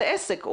זה עסק.